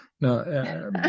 No